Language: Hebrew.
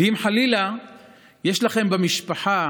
ואם חלילה יש לכם במשפחה